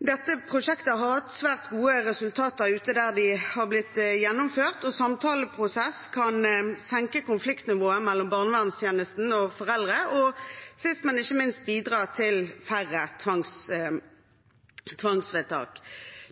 Dette prosjektet har hatt svært gode resultater der det har blitt gjennomført. Samtaleprosess kan senke konfliktnivået mellom barnevernstjenesten og foreldrene og sist, men ikke minst, bidra til færre tvangsvedtak.